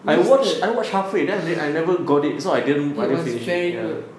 wasted it was very good